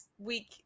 week